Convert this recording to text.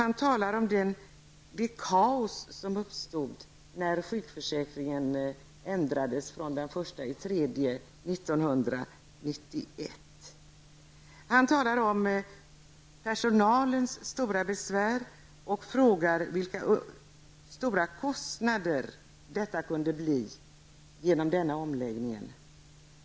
Han talar om det kaos som uppstod när sjukförsäkringen ändrades från den 1 mars 1991. Han talar om personalens stora besvär och frågar vilka stora kostnader denna omläggning kan medföra.